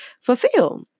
fulfill